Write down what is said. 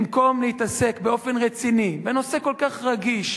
במקום להתעסק באופן רציני בנושא כל כך רגיש,